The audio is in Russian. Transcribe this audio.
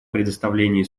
предоставлении